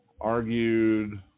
argued